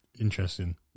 Interesting